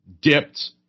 dipped